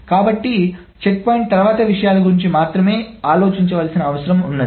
కాబట్టి checkpoint తర్వాత విషయాల గురించి మాత్రమే ఆలోచించాల్సిన అవసరం ఉంది